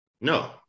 no